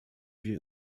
wir